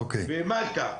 קדמון ומלכה.